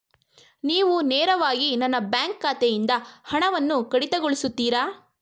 ನೀವು ನೇರವಾಗಿ ನನ್ನ ಬ್ಯಾಂಕ್ ಖಾತೆಯಿಂದ ಹಣವನ್ನು ಕಡಿತಗೊಳಿಸುತ್ತೀರಾ?